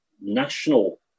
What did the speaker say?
national